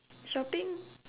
shopping